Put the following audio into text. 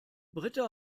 britta